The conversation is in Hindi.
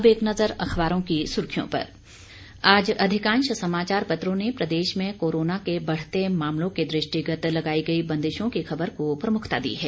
अब एक नज़र अखबारों की सुर्खियों पर आज अधिकांश समाचार पत्रों ने प्रदेश में कोरोना के बढ़ते मामलों के दृष्टिगत लगाई गई बंदिशों की खबर को प्रमुखता दी है